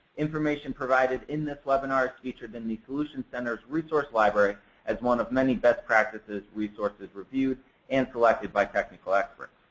information provided in this webinar is featured in the solutions center's resource library as one of many best practices resources reviewed and selected by technical experts.